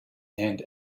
and